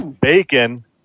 Bacon